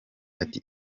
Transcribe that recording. ati